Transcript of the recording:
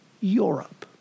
Europe